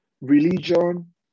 religion